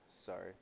Sorry